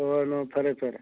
ꯐꯔꯦ ꯐꯔꯦ